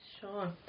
Sure